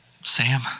Sam